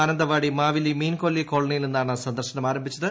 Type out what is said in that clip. മാനന്തവാടി മാവിലി മീൻകൊല്ലി കോളനിയിൽ നിന്നും ആരംഭിച്ചത്